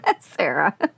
Sarah